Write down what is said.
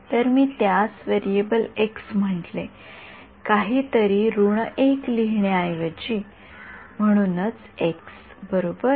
तर मी त्यास व्हेरिएबल एक्स म्हटले काहीतरी ऋण १ लिहिण्याऐवजी आणि म्हणूनच एक्स बरोबर